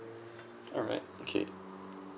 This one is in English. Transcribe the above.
alright okay